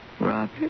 Robert